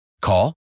Call